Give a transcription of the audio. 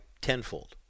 tenfold